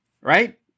right